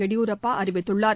எடியூரப்பா அறிவித்துள்ளார்